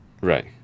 right